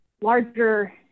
larger